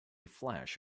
flash